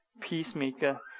peacemaker